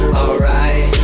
alright